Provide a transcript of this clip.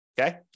okay